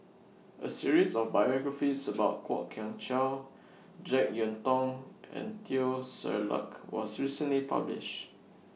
A series of biographies about Kwok Kian Chow Jek Yeun Thong and Teo Ser Luck was recently published